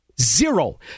zero